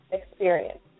experience